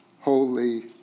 holy